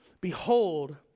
Behold